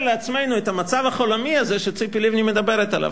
לעצמנו את המצב החלומי הזה שציפי לבני מדברת עליו,